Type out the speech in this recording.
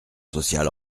sociale